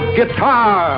Guitar